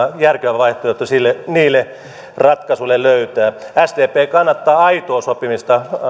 on järkevä vaihtoehto niihin ratkaisuja löytää sdp kannattaa aitoa sopimista